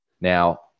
Now